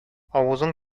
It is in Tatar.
авызың